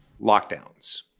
lockdowns